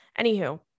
Anywho